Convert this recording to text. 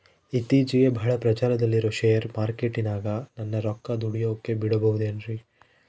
ಇತ್ತೇಚಿಗೆ ಬಹಳ ಪ್ರಚಾರದಲ್ಲಿರೋ ಶೇರ್ ಮಾರ್ಕೇಟಿನಾಗ ನನ್ನ ರೊಕ್ಕ ದುಡಿಯೋಕೆ ಬಿಡುಬಹುದೇನ್ರಿ?